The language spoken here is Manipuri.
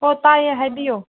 ꯑꯣ ꯇꯥꯏꯌꯦ ꯍꯥꯏꯕꯤꯎ